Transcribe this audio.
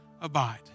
abide